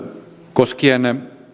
koskien